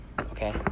okay